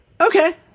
Okay